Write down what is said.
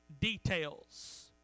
details